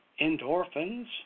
endorphins